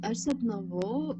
aš sapnavau